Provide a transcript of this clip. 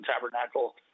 tabernacle